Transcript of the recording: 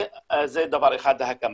זה דבר אחד בהקמה.